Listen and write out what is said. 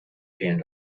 fehlen